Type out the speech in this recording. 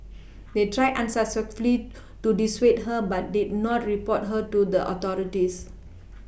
they tried unsuccessfully to dissuade her but did not report her to the authorities